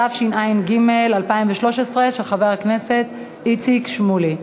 התשע"ג 2013, של חבר הכנסת איציק שמולי.